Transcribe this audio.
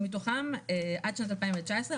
שמתוכם עד שנת 2019,